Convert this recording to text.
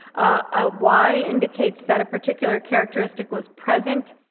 a y indicates that a particular characteristic was present.